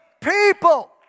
people